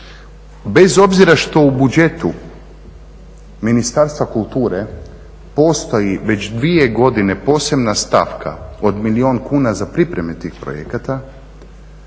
bez obzira što u budžetu Ministarstva kulture postoji već dvije godine posebna stavka od milijun kuna za pripreme tih projekata,